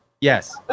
Yes